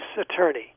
attorney